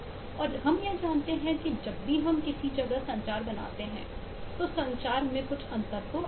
और हम यह जानते हैं कि जब भी हम किसी जगह संचार बनाते हैं तो संसार में कुछ अंतर होता है